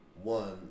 One